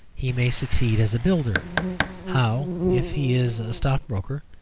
he may succeed as a builder how, if he is a stockbroker,